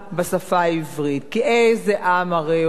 כי איזה עם הרי עוד מדבר בשפתנו?